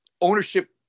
ownership